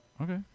okay